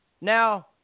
Now